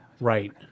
Right